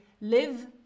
live